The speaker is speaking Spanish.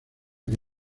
que